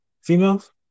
females